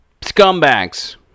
Scumbags